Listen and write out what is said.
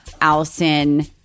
Allison